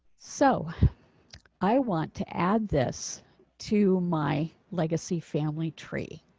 so i want to add this to my legacy family tree.